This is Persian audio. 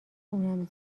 اونم